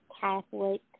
Catholic